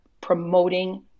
promoting